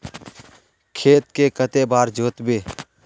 खेत के कते बार जोतबे?